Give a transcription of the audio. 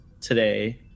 today